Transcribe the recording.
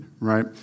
right